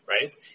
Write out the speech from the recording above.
right